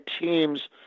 teams